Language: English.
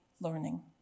learning